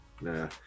Nah